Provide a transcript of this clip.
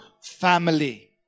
family